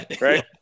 right